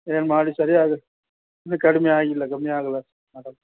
ಏನು ಮಾಡಿ ಸರಿಯಾಗಿ ಇನ್ನೂ ಕಡ್ಮೆಯಾಗಿಲ್ಲ ಕಮ್ಮಿಯಾಗಿಲ್ಲ ಮೇಡಮ್